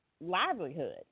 livelihood